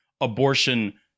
abortion